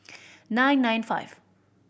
nine nine five